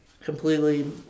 completely